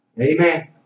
Amen